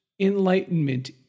enlightenment